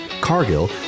cargill